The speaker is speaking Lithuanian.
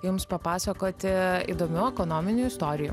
jums papasakoti įdomių ekonominių istorijų